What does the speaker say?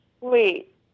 wait